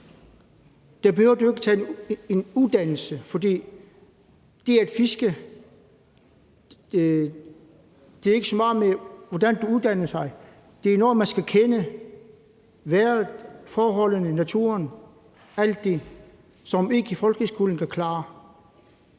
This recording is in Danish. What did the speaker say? behøver du ikke tage en uddannelse, fordi det at fiske ikke har så meget at gøre med, hvordan du uddanner dig. Det er noget, man skal kende, vejret, forholdene, naturen – alt det, som folkeskolen ikke kan klare.